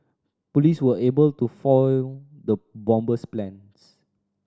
police were able to foil the bomber's plans